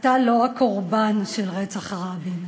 אתה לא הקורבן של רצח רבין.